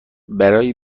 برای